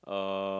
uh